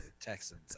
Texans